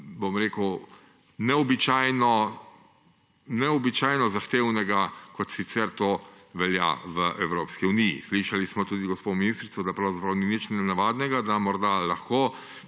bom rekel neobičajno zahtevno v primerjavi s tem, kot sicer to velja v Evropski uniji. Slišali smo tudi gospo ministrico, da pravzaprav ni nič nenavadnega, da morda lahko